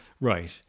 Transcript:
Right